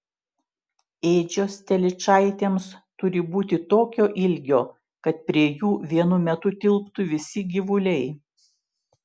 ėdžios telyčaitėms turi būti tokio ilgio kad prie jų vienu metu tilptų visi gyvuliai